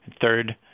Third